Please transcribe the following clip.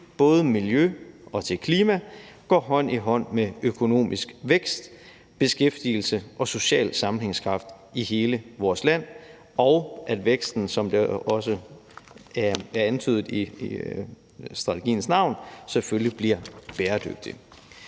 både miljø og klima går hånd i hånd med økonomisk vækst, beskæftigelse og social sammenhængskraft i hele vores land; og at væksten, som det også er antydet i strategiens navn, selvfølgelig bliver bæredygtig.